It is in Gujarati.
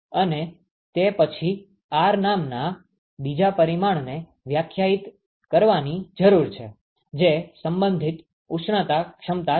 અને તે પછી R નામના બીજા પરિમાણને વ્યાખ્યાયિત કરવાની જરૂર છે જે સંબંધિત ઉષ્ણતા ક્ષમતા છે